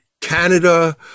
Canada